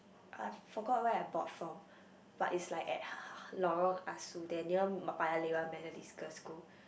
I forgot where I bought from but it's like at Lorong Ah-Soo there near Paya-Lebar Methodist girls' school